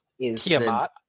Kiamat